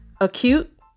acute